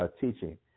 teaching